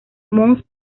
mons